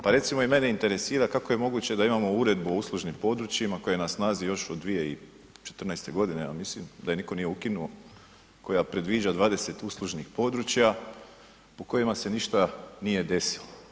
Pa recimo i mene interesira kako je moguće da imamo uredbu o uslužnim područjima koja je na snazi još od 2014. godine ja mislim da je nitko nije ukinuo, koja predviđa 20 uslužnih područja u kojima se ništa nije desilo.